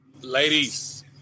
ladies